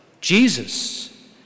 Jesus